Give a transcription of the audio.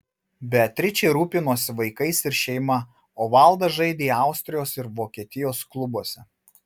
beatričė rūpinosi vaikais ir šeima o valdas žaidė austrijos ir vokietijos klubuose